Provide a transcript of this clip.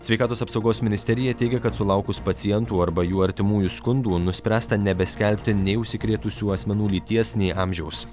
sveikatos apsaugos ministerija teigė kad sulaukus pacientų arba jų artimųjų skundų nuspręsta nebeskelbti nei užsikrėtusių asmenų lyties nei amžiaus